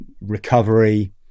recovery